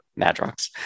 Madrox